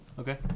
Okay